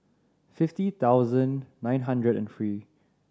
fifty thousand nine hundred and three